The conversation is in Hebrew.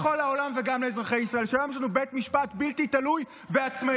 לכל העולם וגם לאזרחי ישראל: היום יש לנו בית משפט בלתי תלוי ועצמאי,